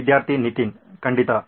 ವಿದ್ಯಾರ್ಥಿ ನಿತಿನ್ ಖಂಡಿತ